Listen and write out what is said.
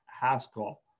Haskell